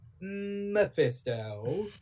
Mephisto